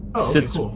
Sits